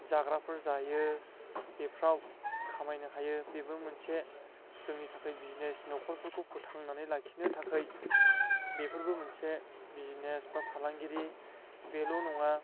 जाग्राफोर जायो बेफ्राव खामायनो हायो बेबो मोनसे जोंनि थाखाय बिजनेस न'खरफोरखौ फोथांनानै लाखिनो थाखाय बेफोरबो मोनसे बिजिनेस एबा फालांगिरि बेल' नङा